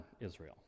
Israel